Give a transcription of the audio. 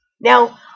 Now